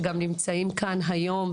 שגם נמצאים כאן היום,